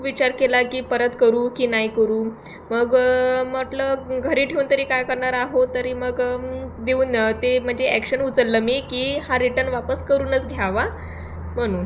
खूप विचार केला की परत करू की नाही करू मग म्हटलं घरी ठेवून तरी काय करणार आहो तरी मग देऊन द्यावा म्हणजे ॲक्शन उचललं मी की हा रिटर्न वापस करूनच घ्यावा म्हणून